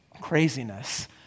craziness